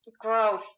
Gross